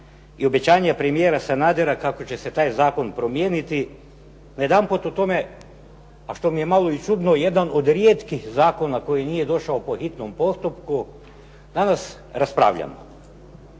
i obećanja premijera Sanadera kako će se taj zakon promijeniti, najedanput o tome, a što mi je i malo čudno, jedan od rijetkih zakona koji nije došao po hitnom postupku, danas raspravljamo.